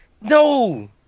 No